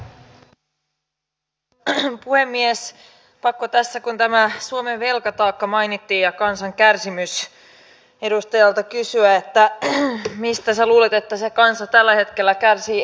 työ ja elinkeinoministeriön sektorilla toimivat alat ovat niitä meidän kasvuun tähtääviä aloja ja kaikki mitä siellä tehdään viittaa meidän hyvinvointiin ja siihen kasvuun kaikkeen siihen millä me saamme tätä maata taas paremmin jaloille